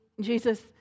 Jesus